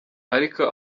ariko